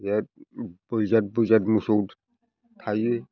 बिराद बैजाथ बैजाथ मोसौ थायो